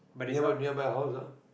near nearby your house ah